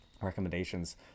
recommendations